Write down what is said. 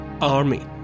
army